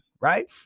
right